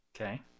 Okay